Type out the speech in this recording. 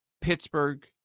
Pittsburgh